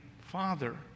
Father